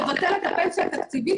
לבטל את הפנסיה התקציבית,